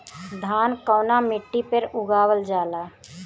धान कवना मिट्टी पर उगावल जाला?